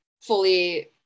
fully